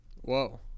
Whoa